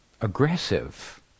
aggressive